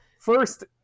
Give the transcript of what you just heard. first